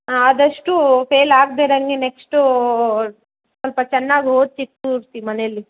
ಆದಷ್ಟು ಫೇಲಾಗದೆ ಇರಂಗೆ ನೆಕ್ಸ್ಟು ಸ್ವಲ್ಪ ಚೆನ್ನಾಗಿ ಓದಿಸಿ ಕೂರಿಸಿ ಮನೆಯಲ್ಲಿ